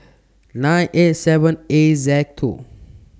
nine eight seven A Z two